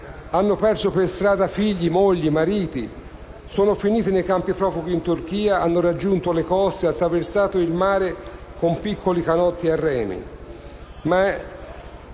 hanno perso per strada figli, mogli e mariti, che sono state rinchiuse nei campi profughi in Turchia, che hanno raggiunto le coste e attraversato il mare con piccoli canotti a remi.